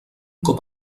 cop